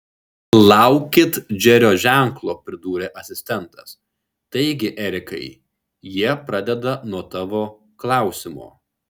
laukit džerio ženklo pridūrė asistentas taigi erikai jie pradeda nuo tavo klausimo